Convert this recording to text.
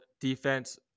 Defense